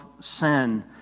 sin